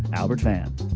albert vann.